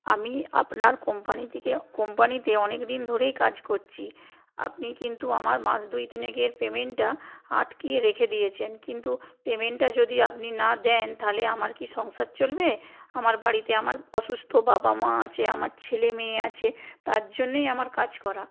আমি আপনার কোম্পানি থেকে কোম্পানিতে অনেক দিন ধরেই কাজ করছি আপনি কিন্তু আমার মাস দুই তিনেকের পেমেন্টটা আটকিয়ে রেখে দিয়েছেন কিন্তু পেমেন্টটা যদি আপনি না দেন তাহলে আমার কি সংসার চলবে আমার বাড়িতে আমার অসুস্থ বাবা মা আছে আমার ছেলে মেয়ে আছে তার জন্যেই আমার কাজ করা